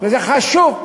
וזה חשוב.